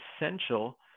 essential